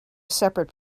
separate